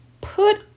put